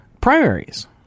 primaries